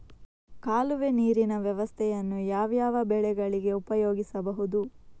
ಕಾಲುವೆ ನೀರಿನ ವ್ಯವಸ್ಥೆಯನ್ನು ಯಾವ್ಯಾವ ಬೆಳೆಗಳಿಗೆ ಉಪಯೋಗಿಸಬಹುದು?